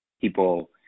people